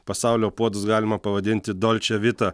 pasaulio puodus galima pavadinti dolče vita